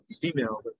female